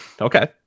okay